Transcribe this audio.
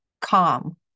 calm